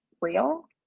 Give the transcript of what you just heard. real